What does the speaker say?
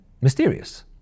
mysterious